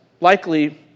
likely